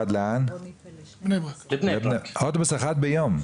לבני ברק אוטובוס אחד ביום?